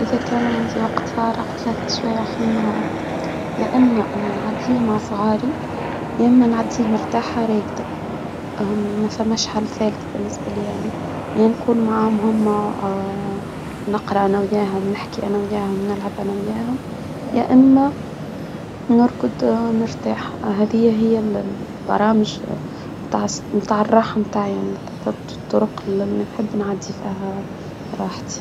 إذا كان عندي وقت فارغ، ثلاثة شوية في النهار، يا إما أن نعديه مع صغاري، يا إما نعديه مرتاحة راقدة، فماش حل ثالث بالنسبة لي أنا يا نكون معاهم. نقرأ أنا وياهم، نحكي أنا وياهم، نلعب أنا وياهم، يا إما نركض نرتاح هادية هي ال- ال البرامج متاع س متاع الراحة، متاع الطرق إللي نحب نعدي فيها راحتي.